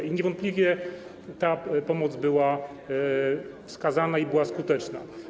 I niewątpliwie ta pomoc była wskazana i była skuteczna.